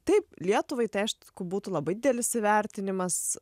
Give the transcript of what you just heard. taip lietuvai tai aišku būtų labai didelis įvertinimas